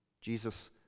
Jesus